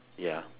ya